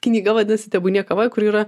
knyga vadinasi tebūnie kava kuri yra